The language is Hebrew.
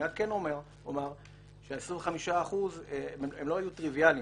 אני כן אומר שה-25% לא היו טריוויאליים.